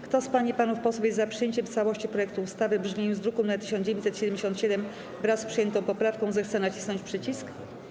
Kto z pań i panów posłów jest za przyjęciem w całości projektu ustawy w brzmieniu z druku nr 1977, wraz z przyjętymi poprawkami, zechce nacisnąć przycisk.